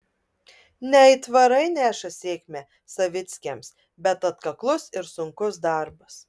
ne aitvarai neša sėkmę savickiams bet atkaklus ir sunkus darbas